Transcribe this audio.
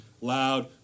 loud